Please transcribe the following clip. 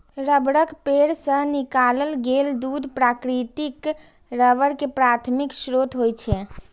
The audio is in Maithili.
रबड़क पेड़ सं निकालल गेल दूध प्राकृतिक रबड़ के प्राथमिक स्रोत होइ छै